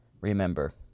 Remember